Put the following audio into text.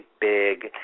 big